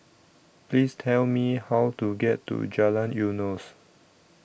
Please Tell Me How to get to Jalan Eunos